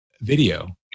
video